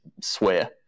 swear